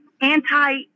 anti